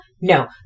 No